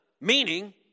Meaning